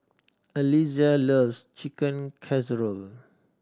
Eliza loves Chicken Casserole